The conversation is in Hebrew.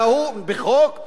וההוא: בחוק,